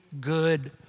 good